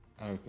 Okay